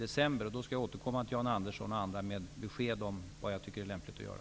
Då skall jag återkomma till Jan Andersson och andra med besked om vad jag tycker är lämpligt att göra.